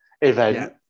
event